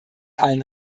allen